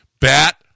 Bat